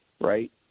right